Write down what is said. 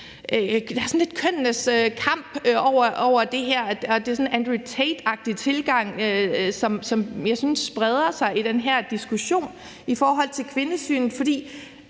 lidt er en kønnenes kamp over det her, og at der er sådan en Andrew Tate-tilgang, som jeg synes spreder sig i den her diskussion, i forhold til kvindesynet. For